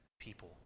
people